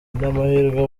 n’amahirwe